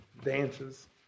dances